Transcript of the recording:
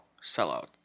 Sell-out